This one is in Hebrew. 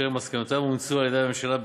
ואשר מסקנותיו אומצו על-ידי הממשלה,